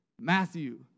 Matthew